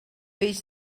peix